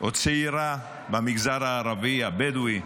או צעירה במגזר הערבי, הבדואי,